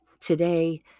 today